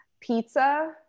Pizza